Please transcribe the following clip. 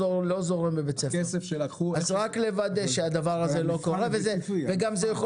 אז רק לוודא שהדבר הזה לא קורה וגם זה יכול